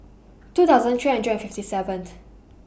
two thousand three hundred and fifty seventh